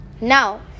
Now